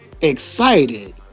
excited